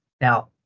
now